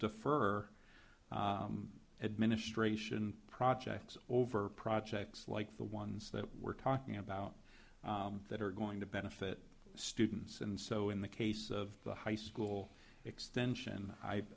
defer administration projects over projects like the ones that we're talking about that are going to benefit students and so in the case of the high school extension i